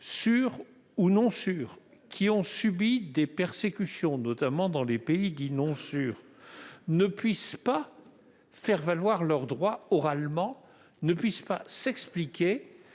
sûrs ou non, ayant subi des persécutions, notamment dans les pays dits non sûrs, ne puissent faire valoir leurs droits oralement, s'expliquer,